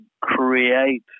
create